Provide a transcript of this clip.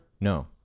No